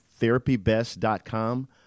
therapybest.com